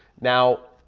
now,